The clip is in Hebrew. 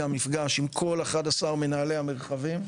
גם במפגש עם כל 11 מנהלי המרחבים,